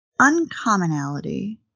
uncommonality